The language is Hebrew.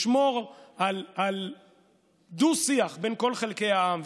לשמור על דו-שיח בין כל חלקי העם.